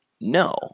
no